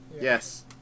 Yes